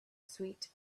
sweet